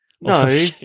No